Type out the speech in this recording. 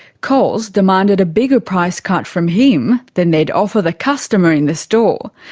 coles demanded a bigger price cut from him than they would offer the costumer in the store,